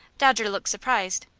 dodger looked surprised.